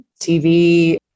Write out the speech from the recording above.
TV